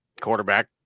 Quarterback